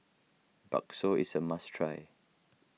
Bakso is a must try